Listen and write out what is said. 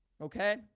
Okay